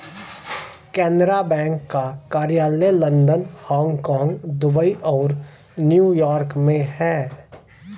Canara bank का कार्यालय London Hong Kong Dubai और न्यू यॉर्क में है